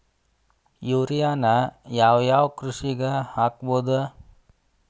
ಯೂರಿಯಾನ ಯಾವ್ ಯಾವ್ ಕೃಷಿಗ ಹಾಕ್ಬೋದ?